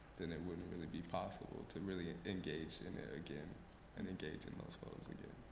then it wouldn't really be possible to really ah engage in it again and engage in those photos again.